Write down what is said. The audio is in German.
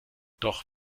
doch